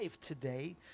today